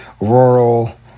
rural